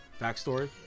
backstory